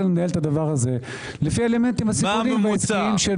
לנהל את הדבר הזה לפי אלמנטים הסיכונים שלו.